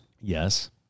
Yes